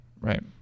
Right